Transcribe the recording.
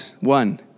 One